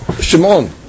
Shimon